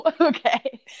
Okay